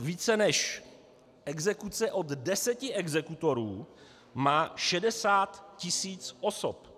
Více než exekuce od deseti exekutorů má 60 000 osob!